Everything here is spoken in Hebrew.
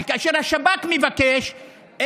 אבל כשהשב"כ מבקש,